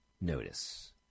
notice